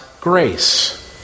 grace